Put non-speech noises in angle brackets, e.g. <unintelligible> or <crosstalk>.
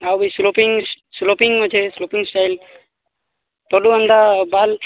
ଆଉ ବି sloping sloping ଅଛେ ସ୍ଲୋପିଂ ଷ୍ଟାଇଲ୍ <unintelligible>